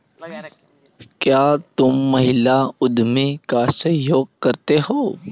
क्या तुम महिला उद्यमी का सहयोग करते हो?